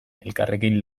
elkarrekin